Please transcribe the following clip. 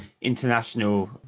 international